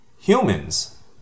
humans